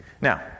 Now